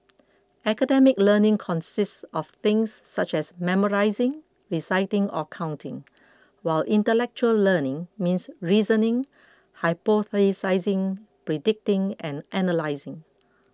academic learning consists of things such as memorising reciting or counting while intellectual learning means reasoning hypothesising predicting and analysing